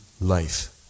life